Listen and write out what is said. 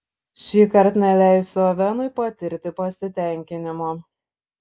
šįkart neleisiu ovenui patirti pasitenkinimo